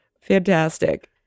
fantastic